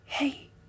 Hey